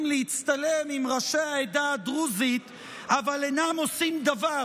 להצטלם עם ראשי העדה הדרוזית אבל אינם עושים דבר